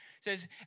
says